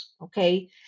okay